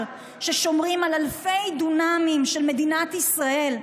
ששומרים על אלפי דונמים של מדינת ישראל,